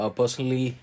personally